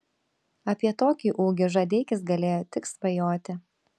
apie tokį ūgį žadeikis galėjo tik svajoti